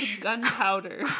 gunpowder